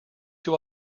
who